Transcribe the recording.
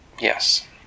Yes